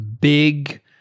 big